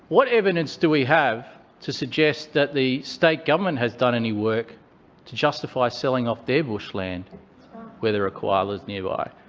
what evidence do we have to suggest that the state government has done any work to justify selling off their bushland where there are koalas nearby.